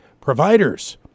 providers